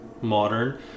modern